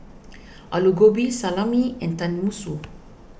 Alu Gobi Salami and Tenmusu